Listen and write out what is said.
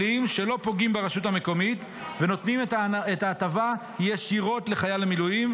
כלים שלא פוגעים ברשות המקומית ונותנים את ההטבה ישירות לחייל המילואים,